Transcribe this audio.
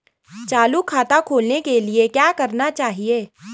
चालू खाता खोलने के लिए क्या करना होगा?